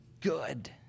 good